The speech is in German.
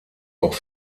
auch